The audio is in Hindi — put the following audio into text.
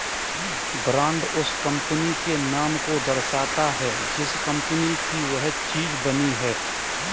ब्रांड उस कंपनी के नाम को दर्शाता है जिस कंपनी की वह चीज बनी है